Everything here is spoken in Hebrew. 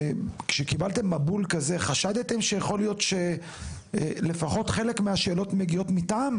כשקיבלתם מבול כזה חשדתם שיכול להיות שלפחות חלק מהשאלות מגיעות מטעם?